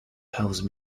house